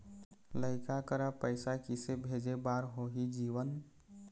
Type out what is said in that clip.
लइका करा पैसा किसे भेजे बार होही जीवन